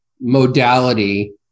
modality